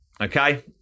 okay